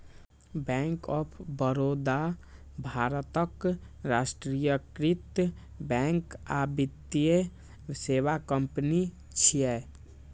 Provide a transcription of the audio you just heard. bank of Baroda भारतक राष्ट्रीयकृत bank आ वित्तीय सेवा कंपनी छियै